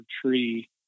tree